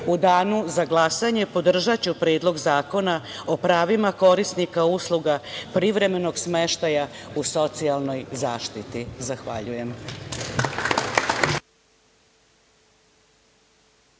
danu za glasanje, podržaću Predlog zakona o pravima korisnika usluga privremenog smeštaja u socijalnoj zaštiti. Zahvaljujem.